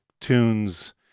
tunes